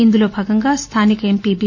ఇందులో భాగంగా స్లానిక ఎంపీ బి